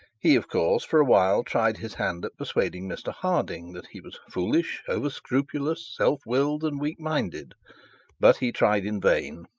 he of course, for a while tried his hand at persuading mr harding that he was foolish, over-scrupulous, self-willed, and weak-minded but he tried in vain.